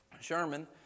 Sherman